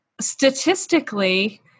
Statistically